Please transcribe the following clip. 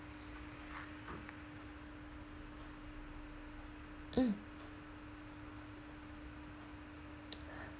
mm